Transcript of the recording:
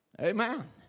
Amen